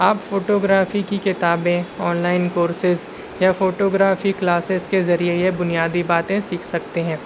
آپ photography کی کتابیں آن لائن کورسز یا فوٹو گرافی کلاسز کے ذریعے یہ بنیادی باتیں سیکھ سکتے ہیں